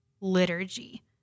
liturgy